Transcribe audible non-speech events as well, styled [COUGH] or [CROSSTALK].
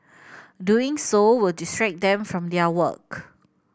[NOISE] doing so will distract them from their work